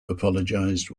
apologized